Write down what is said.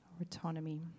Autonomy